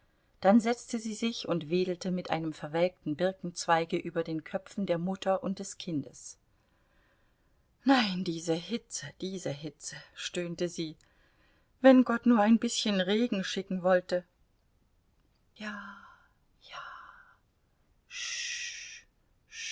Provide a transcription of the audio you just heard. dann setzte sie sich und wedelte mit einem verwelkten birkenzweige über den köpfen der mutter und des kindes nein diese hitze diese hitze stöhnte sie wenn gott nur ein bißchen regen schicken wollte ja ja